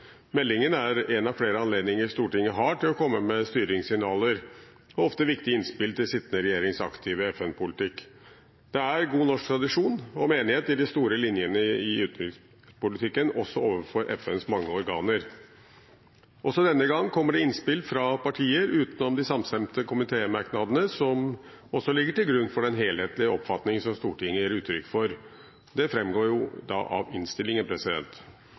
Meldingen er en av flere anledninger Stortinget har til å komme med styringssignaler og ofte viktige innspill til den sittende regjerings aktive FN-politikk. Det er god norsk tradisjon for enighet om de store linjene i utenrikspolitikken, også overfor FNs mange organer. Også denne gangen kommer det innspill fra partier utenom de samstemte komitémerknadene, som også ligger til grunn for den helhetlige oppfatningen som Stortinget gir uttrykk for. Det fremgår jo da av innstillingen.